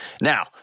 Now